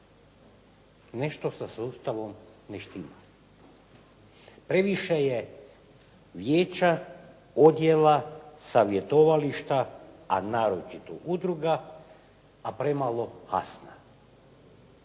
Nešto sa sustavom ne štima. Previše je vijeća, odjela, savjetovališta, a naročito udruga, a premalo